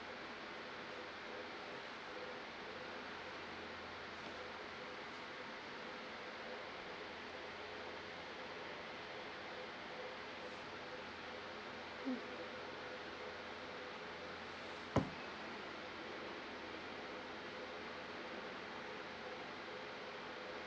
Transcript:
mm